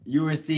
UNC